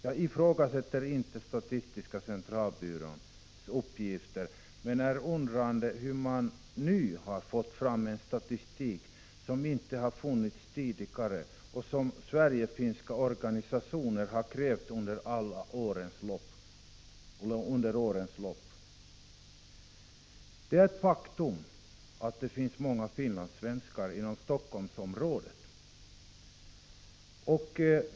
Jag ifrågasätter inte statistiska centralbyråns uppgifter, men jag undrar hur man nu har kunnat få fram en statistik som inte har funnits tidigare och som svensk-finska organisationer har krävt under årens lopp. Det är ett faktum att det finns många finlandssvenskar i Helsingforssområdet.